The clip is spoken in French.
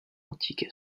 identiques